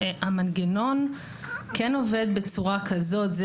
המנגנון כן עובד בצורה כזאת.